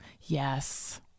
Yes